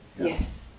Yes